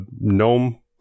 gnome